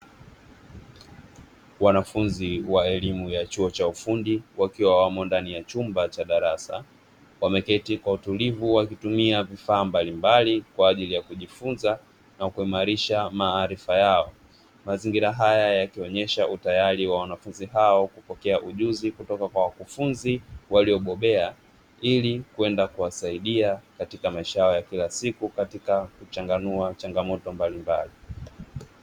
Wanafunzi wa elimu ya chuo cha ufundi wakiwa wamo ndani ya chumba cha darasa, wameketi kwa utulivu wakitumia vifaa mbalimbali kwa ajili ya kujifunza na kuimarisha maarifa yao. Mazingira haya yakionyesha utayari wa wanafunzi hao kupokea ujuzi kutoka kwa wakufunzi waliobobea ili kwenda kuwasaidia katika maisha yao ya kila siku katika kuchanganua changamoto mbalimbali.